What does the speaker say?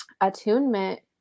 attunement